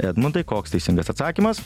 edmundai koks teisingas atsakymas